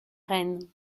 reine